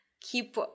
keep